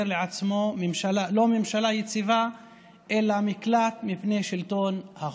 לעצמו לא ממשלה יציבה אלא מקלט מפני שלטון החוק.